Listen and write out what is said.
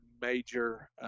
major